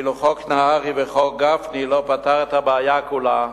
אפילו חוק נהרי וחוק גפני לא פתרו את הבעיה כולה,